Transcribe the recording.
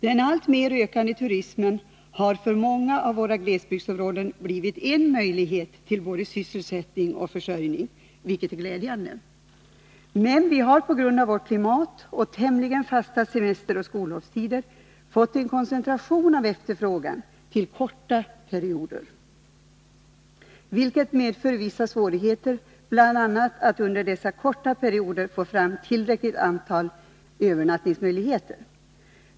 Den alltmer ökande turismen har för många av våra glesbygdsområden givit en möjlighet till både sysselsättning och försörjning, vilket är mycket glädjande. Men vi har på grund av vårt klimat och tämligen fasta semesteroch skollovstider fått en koncentration av efterfrågan till korta perioder, vilket medför vissa svårigheter bl.a. att under dessa korta perioder få fram tillräckligt antal övernattningsmöjligheter.